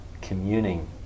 communing